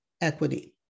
equity